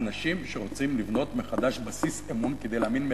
אנשים שרוצים לבנות מחדש בסיס אמון כדי להאמין באמונתם,